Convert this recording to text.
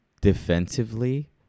defensively